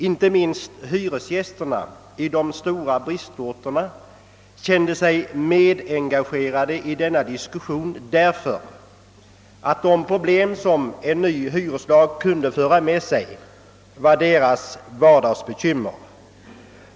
Inte minst hyresgästerna i de stora bristorterna kände sig medengagerade i denna diskussion därför att de problem som en ny hyreslag kunde föra med sig var deras vardagsbekymmer.